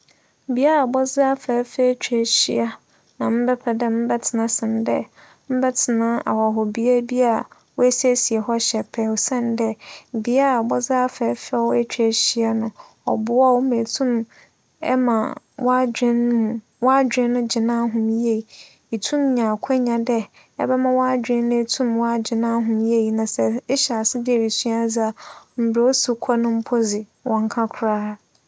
Bea a abͻdze afɛɛfɛw etwa ehyia na mebɛpɛ dɛ mebɛtsena sen dɛ mebɛtsena ahͻho bea bi a woesiesie hͻ hyɛpɛɛ osiandɛ bea abͻdze afɛɛfɛw etwa ehyia no, ͻboa wo ma itum ema w'adwen no gye n'ahom yie. Itum nya akwanya dɛ ebɛma w'adwen etum w'agye n'ahom yie na ehyɛ ase dɛ erusua adze a, ͻno dze wͻnnka koraa.